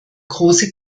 große